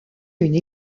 une